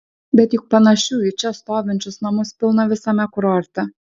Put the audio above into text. bet juk panašių į čia stovinčius namus pilna visame kurorte